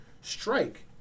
strike